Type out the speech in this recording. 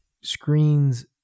screens